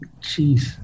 jeez